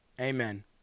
Amen